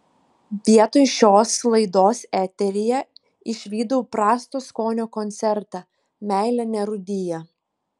vietoj šios laidos eteryje išvydau prasto skonio koncertą meilė nerūdija